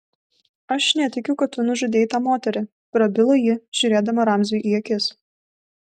aš netikiu kad tu nužudei tą moterį prabilo ji žiūrėdama ramziui į akis